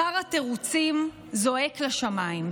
שר התירוצים, זועק לשמיים.